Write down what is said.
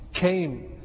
came